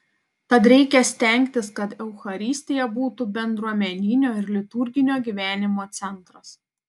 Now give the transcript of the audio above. tad reikia stengtis kad eucharistija būtų bendruomeninio ir liturginio gyvenimo centras